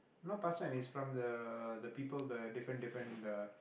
no past time it's from the the people the different different the